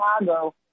Chicago